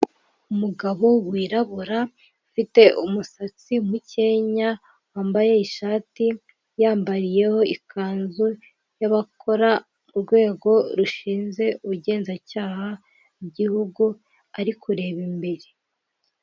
Umugabo wirabura ufite umusatsi mukenya, wambaye ishati yambariyeho ikanzu y'abakora urwego rushinze ubugenzacyaha, igihugu ari kureba imbere.